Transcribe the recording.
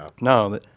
no